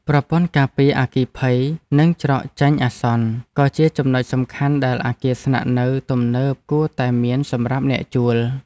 ប្រព័ន្ធការពារអគ្គិភ័យ និងច្រកចេញអាសន្នក៏ជាចំណុចសំខាន់ដែលអគារស្នាក់នៅទំនើបគួរតែមានសម្រាប់អ្នកជួល។